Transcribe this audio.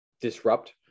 disrupt